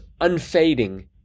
unfading